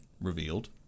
revealed